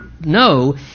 no